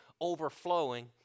overflowing